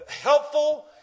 helpful